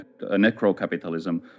necrocapitalism